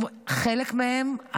חלק מהם,